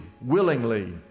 willingly